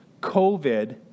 COVID